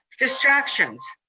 distractions.